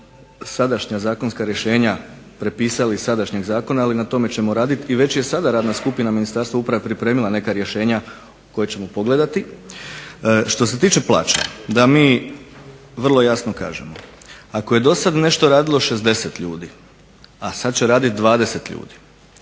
sadašnja zakonska rješenja prepisali iz sadašnjeg zakona, ali na tome ćemo raditi i već je sada radna skupina Ministarstva uprave pripremila neka rješenja koja ćemo pogledati. Što se tiče plaće, da mi vrlo jasno kažemo. Ako je dosad nešto radilo 60 ljudi, a sad će raditi 20 ljudi